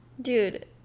dude